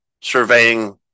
surveying